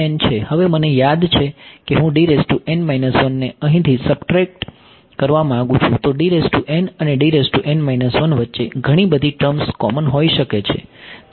હવે મને યાદ છે કે હું ને અહીંથી સબટ્રેકટ કરવા માંગુ છું તો અને વચ્ચે ઘણી બધી ટર્મ્સ કોમન હોઈ શકે છે